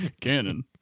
Canon